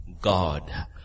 God